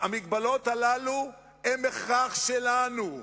המגבלות הללו הן הכרח שלנו,